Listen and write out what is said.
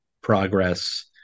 progress